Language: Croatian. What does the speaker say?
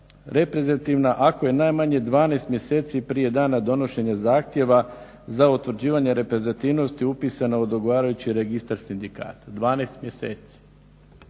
reprezentativan ako je najmanje 12 mjeseci prije donošenja zahtjeva za utvrđivanje reprezentativnosti upisana u odgovarajući registar sindikata, 12 mjeseci.".